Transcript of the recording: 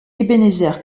ebenezer